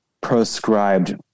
proscribed